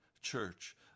church